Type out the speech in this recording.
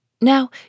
Now